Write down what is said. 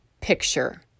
picture